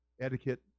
Etiquette